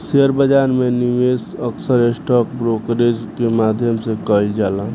share बाजार में निवेश अक्सर स्टॉक ब्रोकरेज के माध्यम से कईल जाला